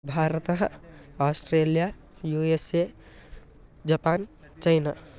भारतम् Australia U S A Japan China